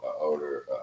older